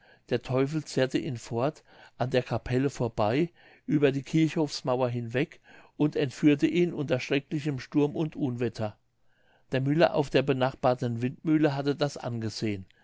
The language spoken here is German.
der teufel zerrte ihn fort an der capelle vorbei über die kirchhofsmauer hinweg und entführte ihn unter schrecklichem sturm und unwetter der müller auf der benachbarten windmühle hatte das angesehen